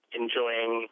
enjoying